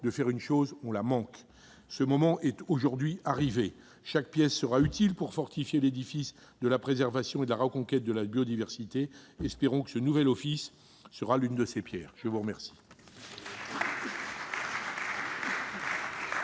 de faire une chose, on la manque. » Ce moment est aujourd'hui arrivé. Chaque pierre sera utile pour fortifier l'édifice de la préservation et de la reconquête de la biodiversité. Espérons que ce nouvel office sera l'une de ces pierres ! La parole est